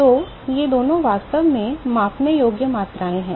तो ये दोनों वास्तव में मापने योग्य मात्राएँ हैं